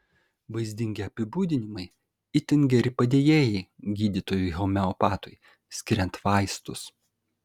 vaizdingi apibūdinimai itin geri padėjėjai gydytojui homeopatui skiriant vaistus